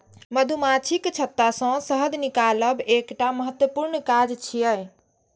मधुमाछीक छत्ता सं शहद निकालब एकटा महत्वपूर्ण काज छियै